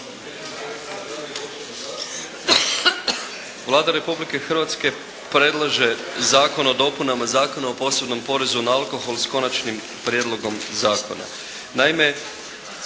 Vlada Republike Hrvatske predlaže Zakon o dopunama Zakona o posebnom porezu na alkohol s konačnim prijedlogom zakona.